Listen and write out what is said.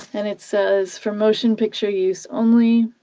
and it says, for motion picture use only,